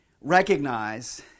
recognize